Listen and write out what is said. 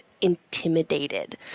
intimidated